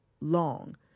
long